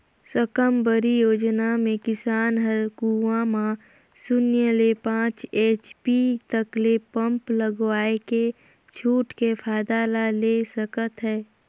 साकम्बरी योजना मे किसान हर कुंवा में सून्य ले पाँच एच.पी तक के पम्प लगवायके छूट के फायदा ला ले सकत है